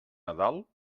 nadal